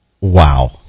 Wow